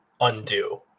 undo